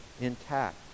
intact